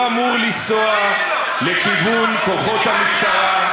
לא אמור לנסוע לכיוון כוחות המשטרה.